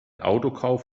autokauf